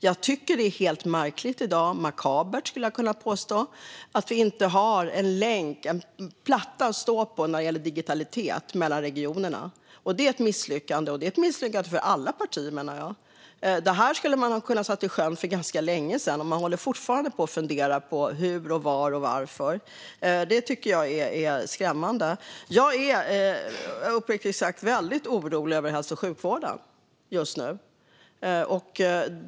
Jag tycker att det är märkligt - makabert, skulle jag kunna påstå - att vi i dag inte har en länk, en platta att stå på, när det gäller digitalitet mellan regionerna. Det är ett misslyckande, och jag menar att det är ett misslyckande för alla partier. Det här skulle man ha kunnat sätta i sjön för ganska länge sedan, men man håller fortfarande på och funderar på hur och var och varför. Det tycker jag är skrämmande. Jag är uppriktigt sagt väldigt orolig över hälso och sjukvården just nu.